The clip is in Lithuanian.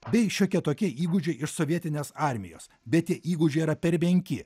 bei šiokie tokie įgūdžiai iš sovietinės armijos bet tie įgūdžiai yra per menki